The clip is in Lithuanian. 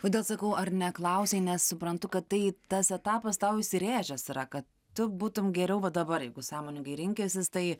kodėl sakau ar neklausei nes suprantu kad tai tas etapas tau įsirėžęs yra kad tu būtum geriau va dabar jeigu sąmoningai rinkęsis tai